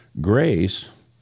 Grace